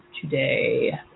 today